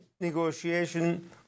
negotiation